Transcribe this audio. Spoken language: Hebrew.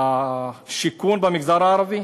השיכון במגזר הערבי?